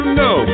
no